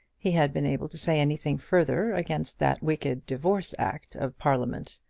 he had been able to say anything further against that wicked divorce act of parliament.